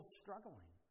struggling